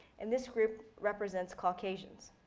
and this group represents caucasians.